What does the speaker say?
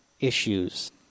issues